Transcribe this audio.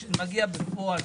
בפועל,